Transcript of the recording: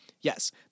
yes